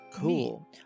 Cool